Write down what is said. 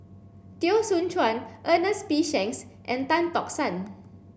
Teo Soon Chuan Ernest P Shanks and Tan Tock San